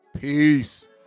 Peace